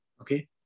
Okay